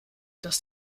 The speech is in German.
das